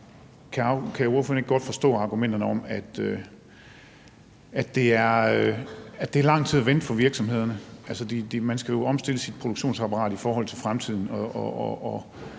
ordføreren ikke godt forstå argumenterne om, at det er lang tid at vente for virksomhederne? Altså, man skal jo omstille sit produktionsapparat i forhold til fremtiden,